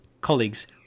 colleagues